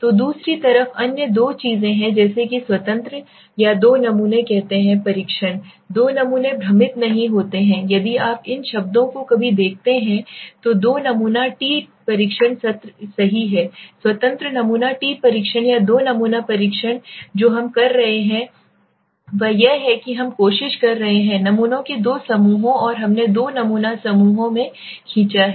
तो दूसरी तरफ अन्य दो चीजें हैं जैसे कि स्वतंत्र या दो नमूने कहते हैं परीक्षण दो नमूने भ्रमित नहीं होते हैं यदि आप इन शब्दों को कभी देखते हैं तो दो नमूना टी परीक्षण सही है स्वतंत्र नमूना टी परीक्षण या दो नमूना परीक्षण जो हम कर रहे हैं वह यह है कि हम कोशिश कर रहे हैं नमूनों के दो समूहों को हमने दो नमूना समूहों में खींचा है